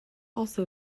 also